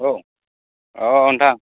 औ अ ओनथां